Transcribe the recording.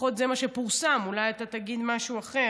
לפחות זה מה שפורסם, אולי אתה תגיד משהו אחר.